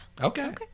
Okay